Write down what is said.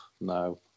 no